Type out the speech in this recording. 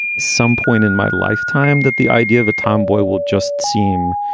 some point in my lifetime that the idea of a tomboy will just seem,